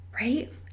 right